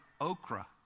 okra